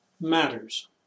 matters